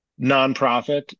nonprofit